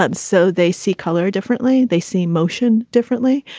um so they see color differently. they see motion differently.